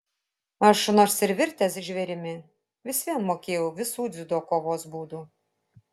aš nors ir virtęs žvėrimi vis vien mokėjau visų dziudo kovos būdų